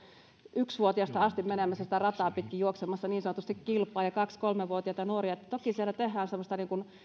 yksivuotiaasta asti menemässä sitä rataa pitkin juoksemassa niin sanotusti kilpaa ja kaksi kolmevuotiaita nuoria toki siellä tehdään semmoista